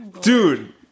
Dude